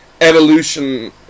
evolution